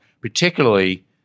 particularly